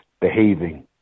behaving